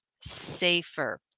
safer